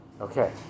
Okay